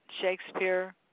Shakespeare